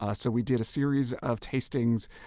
ah so we did a series of tastings.